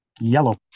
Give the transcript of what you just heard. Yellow